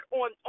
on